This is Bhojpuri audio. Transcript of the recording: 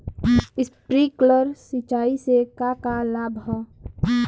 स्प्रिंकलर सिंचाई से का का लाभ ह?